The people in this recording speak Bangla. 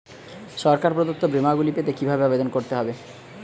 সরকার প্রদত্ত বিমা গুলি পেতে কিভাবে আবেদন করতে হবে?